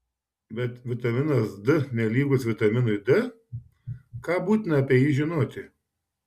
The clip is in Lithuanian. bet vitaminas d nelygus vitaminui d ką būtina apie jį žinoti